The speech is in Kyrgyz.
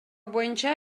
боюнча